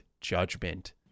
Judgment